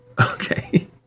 Okay